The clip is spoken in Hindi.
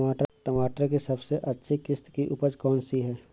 टमाटर की सबसे अच्छी किश्त की उपज कौन सी है?